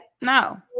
No